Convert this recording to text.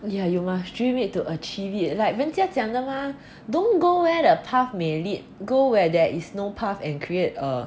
yeah you must dream it to achieve like 人家讲的 mah don't go where the path may lead go where there is no path and create a